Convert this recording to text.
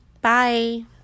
bye